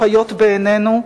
החיות בעינינו,